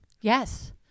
Yes